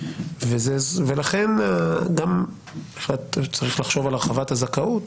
ולכן גם בהחלט צריך לחשוב על הרחבת הזכאות